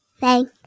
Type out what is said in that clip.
thank